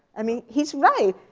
i mean, he's right.